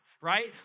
right